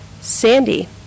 Sandy